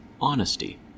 honesty